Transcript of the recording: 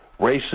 racist